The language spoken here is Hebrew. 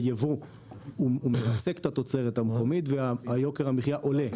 יבוא הוא מרסק את התוצרת המקומית ויוקר המחיה עולה.